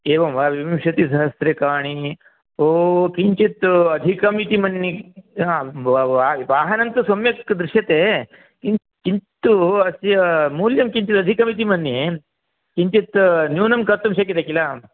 एवं वा विंशतिसहस्रकाणि ओ किञ्चित् अधिकमिति मन्ये हा वाहनं तु सम्यक् दृश्यते कि किन्तु अस्य मूल्यं किञ्चित् अधिकमिति मन्ये किञ्चित् न्यूनं कर्तुं शक्यते किल